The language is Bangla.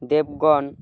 দেবগণ